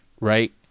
Right